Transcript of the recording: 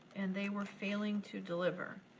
and they were failing to deliver.